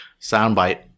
soundbite